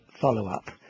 Follow-up